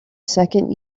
second